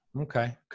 Okay